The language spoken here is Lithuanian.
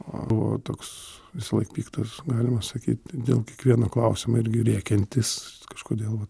buvo toks visąlaik piktas galima sakyt dėl kiekvieno klausimo irgi rėkiantis kažkodėl